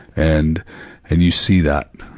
and and you see that,